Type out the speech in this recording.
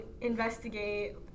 investigate